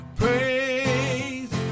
praise